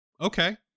Okay